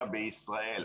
להשקיע בישראל,